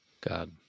God